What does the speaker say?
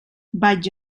vaig